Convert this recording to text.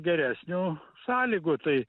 geresnių sąlygų tai